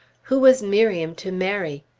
who was miriam to marry?